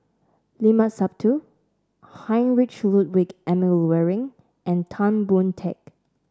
Limat Sabtu Heinrich Ludwig Emil Luering and Tan Boon Teik